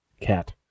Cat